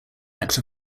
act